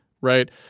right